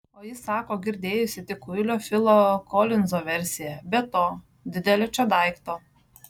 o ji sako girdėjusi tik kuilio filo kolinzo versiją be to didelio čia daikto